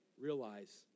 realize